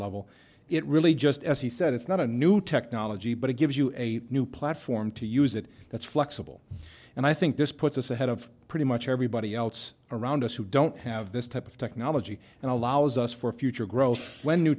level it really just as he said it's not a new technology but it gives you a new platform to use it that's flexible and i think this puts us ahead of pretty much everybody else around us who don't have this type of technology and allows us for future growth when new